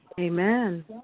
Amen